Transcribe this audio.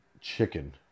chicken